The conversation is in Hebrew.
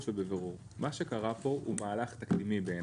ובבירור: מה שקרה פה הוא מהלך תקדימי בעיני,